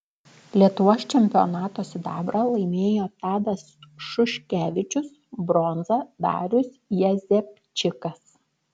lietuvos čempionato sidabrą laimėjo tadas šuškevičius bronzą darius jazepčikas